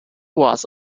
was